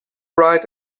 bright